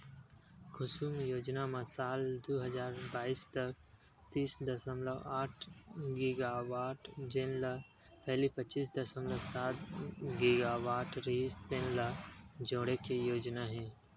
कुसुम योजना म साल दू हजार बाइस तक तीस दसमलव आठ गीगावाट जेन ल पहिली पच्चीस दसमलव सात गीगावाट रिहिस तेन ल जोड़े के योजना हे